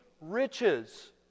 riches